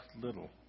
little